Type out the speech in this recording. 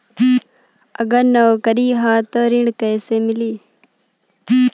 अगर नौकरी ह त ऋण कैसे मिली?